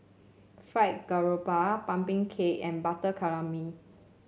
Fried Garoupa pumpkin cake and Butter Calamari